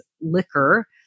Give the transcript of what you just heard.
liquor